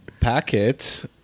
packet